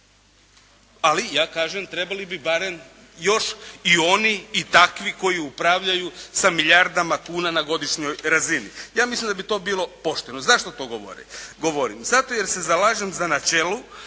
ali ja kažem trebali bi barem još i oni i takvi koji upravljaju sa milijardama kuna na godišnjoj razini. Ja mislim da bi to bilo pošteno. Zašto to govorim? Zato jer se zalažem za načelo